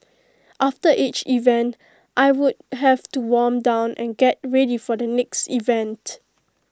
after each event I would have to warm down and get ready for the next event